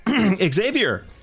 xavier